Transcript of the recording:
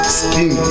skin